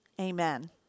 Amen